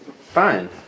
Fine